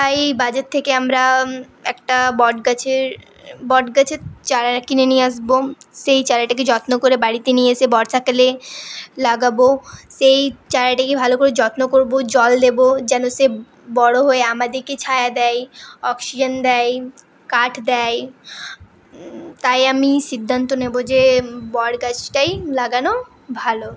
তাই বাজার থেকে আমরা একটা বটগাছের বটগাছের চারা কিনে নিয়ে আসবো সেই চারাটিকে যত্ন করে বাড়িতে নিয়ে এসে বর্ষাকালে লাগাবো সেই চারাটিকে ভালো করে যত্ন করবো জল দেবো যেন সে বড়ো হয়ে আমাদেরকে ছায়া দেয় অক্সিজেন দেয় কাঠ দেয় তাই আমি সিদ্ধান্তু নেবো যে বটগাছটাই লাগানো ভালো